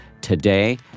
today